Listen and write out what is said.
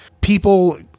people